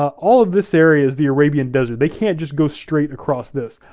all of this area is the arabian desert, they can't just go straight across this.